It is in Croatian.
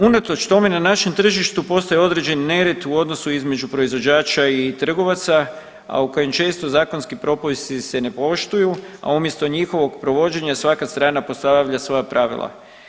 Unatoč tome na našem tržištu postoji određeni nered u odnosu između proizvođača i trgovaca, a u kojem često zakonski propisi se ne poštuju, a umjesto njihovog provođenja svaka strana postavlja svoja pravila.